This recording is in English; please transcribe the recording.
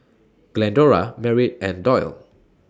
Glendora Merritt and Dollye